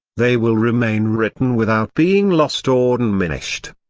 they will remain written without being lost or diminished.